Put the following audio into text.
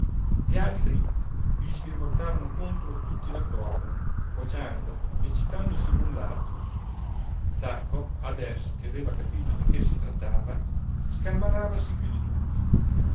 gli altri gli si rivoltarono contro tutti d'accordo vociando eccitandosi l'un l'altro zacco adesso che aveva capito di che si trattava scalmanavasi più di tutti